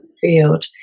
field